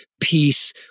peace